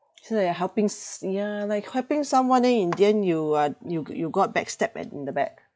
so you're helping s~ ya like helping someone then in the end you are you you got backstab at in the back